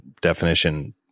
definition